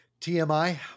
TMI